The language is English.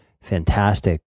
fantastic